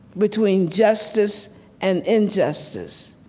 between justice and injustice,